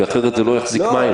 כי אחרת זה לא יחזיק מים.